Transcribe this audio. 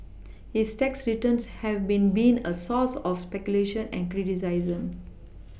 his tax returns have been been a source of speculation and criticism